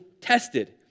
tested